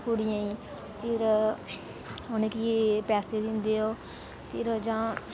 कुडि़यफिर उनेंगी पैसे दिंदे ओह् फिर जां